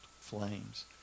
flames